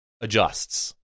adjusts